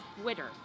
Twitter